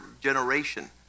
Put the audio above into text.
generation